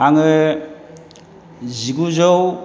आङो जिगुजौ